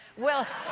well